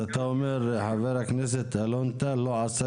אז אותה אומר שחבר הכנסת אלון טל לא עשה